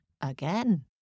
again